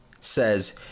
says